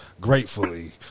gratefully